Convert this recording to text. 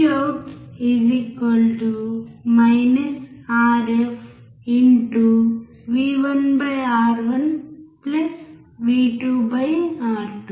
V out R F V 1 R 1 V 2 R 2